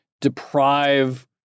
deprive